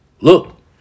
Look